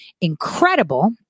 incredible